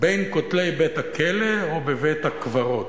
בין כותלי בית-הכלא או בבית-הקברות".